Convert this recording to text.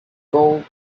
gold